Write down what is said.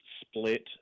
split